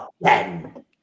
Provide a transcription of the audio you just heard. again